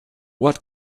what